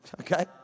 Okay